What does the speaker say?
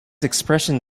expression